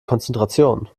konzentration